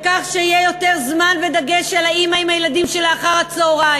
בכך שיהיה יותר זמן ודגש של האימא להיות עם הילדים שלה אחר הצהריים,